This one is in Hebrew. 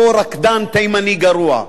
אותו רקדן תימני גרוע,